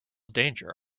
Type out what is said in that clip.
danger